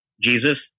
Jesus